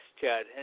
Chad